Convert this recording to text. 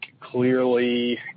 clearly